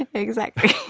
and exactly.